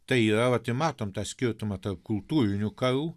tai yra vat ir matom tą skirtumą tarpkultūrinių karų